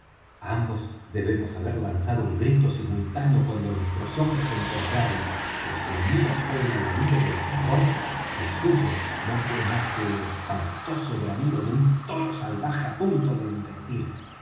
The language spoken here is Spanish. ambos debemos haber lanzado un grito simultáneo cuando nuestros ojos se encontraron pero si el mío fué el alarido del terror el suyo no fué más que el espantable bramido de un toro salvaje á punto de embestir